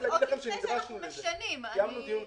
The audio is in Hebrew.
רק להגיד לכם שנדרשנו לזה, קיימנו דיון כזה.